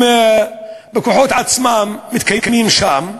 הם בכוחות עצמם מתקיימים שם: